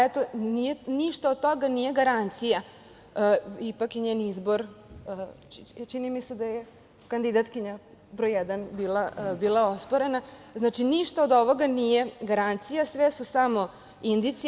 Eto, ništa od toga nije garancije, ipak je njen izbor, čini mi se da je kandidatkinja broj jedan bila osporena, znači ništa od ovoga nije garancija, sve su samo indicije.